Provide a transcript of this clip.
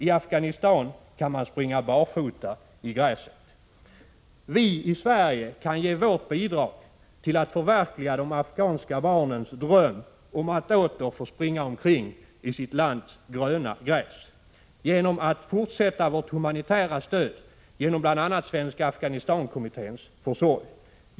I Afghanistan kan man springa barfota i gräset.” ” Vi i Sverige kan ge vårt bidrag till att förverkliga de afghanska barnens dröm om att åter få springa omkring sitt lands gröna gräs genom att fortsätta vårt humanitära stöd, bl.a. genom Svenska Aghanistankommitténs försorg.